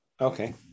Okay